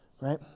right